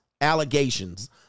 allegations